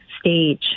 stage